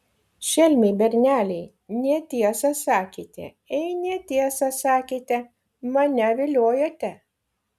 šelmiai berneliai netiesą sakėte ei netiesą sakėte mane viliojote